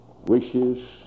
wishes